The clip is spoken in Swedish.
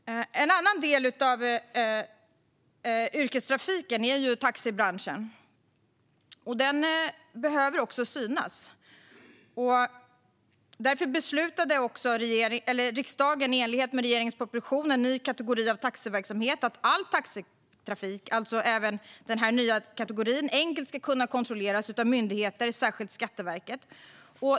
En annan del av yrkestrafiken är taxibranschen. Den behöver också synas. Riksdagen beslutade därför i enlighet med regeringens proposition En ny kategori av taxi trafik att all taxitrafik, även den nya kategorin, enkelt ska kunna kontrolleras av myndigheter, särskilt Skatteverket.